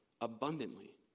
abundantly